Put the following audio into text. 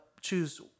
choose